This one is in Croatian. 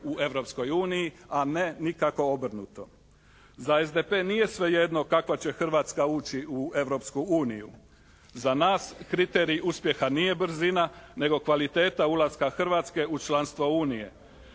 uniji, a ne nikako obrnuto. Za SDP nije svejedno kakva će Hrvatska ući u Europsku uniju. Za nas kriterij uspjeha nije brzina nego kvaliteta ulaska Hrvatske u članstvo Unije.